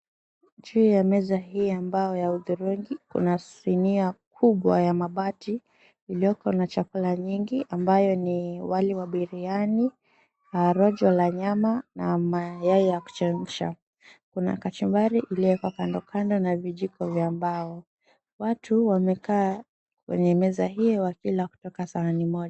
Chini ya meza hii ya mbao ya udhurungi kuna sinia kubwa ya mabati iliyojaa chakula kingi, ambacho ni wali wa biriani na rojo la nyama na mayai ya kuchemsha. Kuna kachumbari iliyoekwa kando kando na vijiko vya mbao. Watu wamekaa kwenye meza hii wakila kutoka sahani moja.